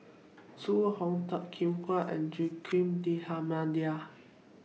Zhu Hong Toh Kim Hwa and Joaquim D'almeida